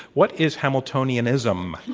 what is hamiltonianism?